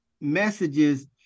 messages